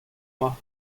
mañ